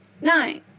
nine